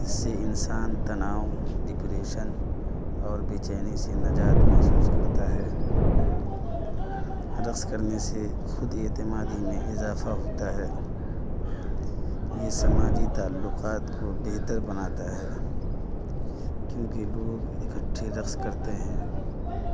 اس سے انسان تناؤ ڈپریشن اور بیچینی سے نجات محسوس کرتا ہے رقص کرنے سے خود اعتمادی میں اضافہ ہوتا ہے یہ سماجی تعلقات کو بہتر بناتا ہے کیونکہ لوگ اکٹھے رقص کرتے ہیں